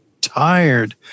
tired